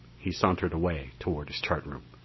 he sauntered away toward his chart room.